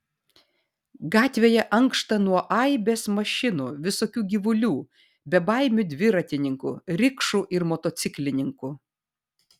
gatvėje ankšta nuo aibės mašinų visokių gyvulių bebaimių dviratininkų rikšų ir motociklininkų